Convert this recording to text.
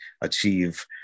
achieve